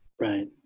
Right